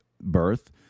birth